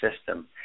system